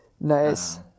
Nice